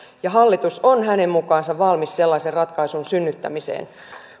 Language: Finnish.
ja hallitus on hänen mukaansa valmis sellaisen ratkaisun synnyttämiseen